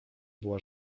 była